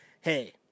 hey